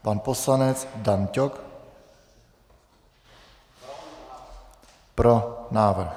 Pan poslanec Dan Ťok: Pro návrh.